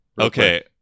Okay